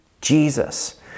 Jesus